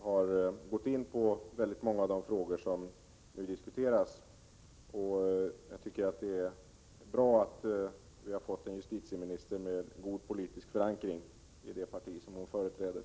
har gått in på många av de frågor som nu diskuteras. Jag tycker att det är bra att vi har fått en justitieminister med god politisk förankring i det parti som hon företräder.